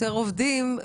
יותר עובדים,